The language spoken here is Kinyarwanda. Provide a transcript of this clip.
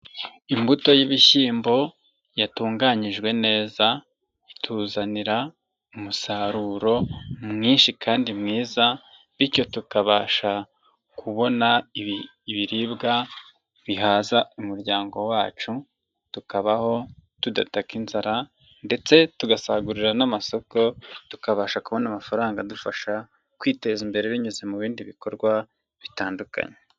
Imbuto y'ibishyimbo yatunganyijwe neza ituzanira umusaruro mwinshi kandi mwiza bityo tukabasha kubona ibiribwa bihaza umuryango wacu, tukabaho tudataka inzara ndetse tugasagurira n'amasoko, tukabasha kubona amafaranga adufasha kwiteza imbere binyuze mu bindi bikorwa bitandukanye.